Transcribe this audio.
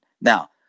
Now